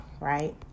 Right